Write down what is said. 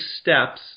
steps